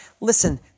Listen